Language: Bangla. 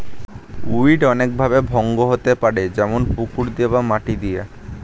উইড অনেক ভাবে ভঙ্গ হতে পারে যেমন পুকুর দিয়ে বা মাটি দিয়ে